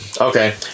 Okay